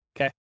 Okay